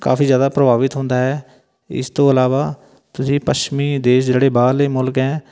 ਕਾਫੀ ਜ਼ਿਆਦਾ ਪ੍ਰਭਾਵਿਤ ਹੁੰਦਾ ਹੈ ਇਸ ਤੋਂ ਇਲਾਵਾ ਤੁਸੀਂ ਪੱਛਮੀ ਦੇਸ਼ ਜਿਹੜੇ ਬਾਹਰਲੇ ਮੁਲਕ ਹੈ